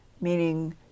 meaning